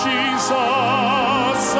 Jesus